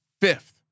fifth